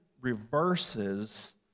reverses